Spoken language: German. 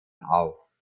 auf